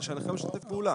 שהאדם משתף איתו פעולה.